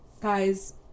guys